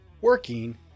working